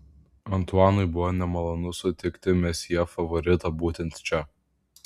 antuanui buvo nemalonu sutikti mesjė favoritą būtent čia